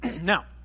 Now